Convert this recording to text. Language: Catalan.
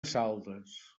saldes